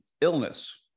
illness